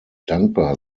dankbar